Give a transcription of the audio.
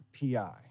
PI